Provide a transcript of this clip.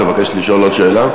אתה מבקש לשאול עוד שאלה?